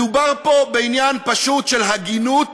מדובר פה בעניין פשוט של הגינות